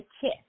kiss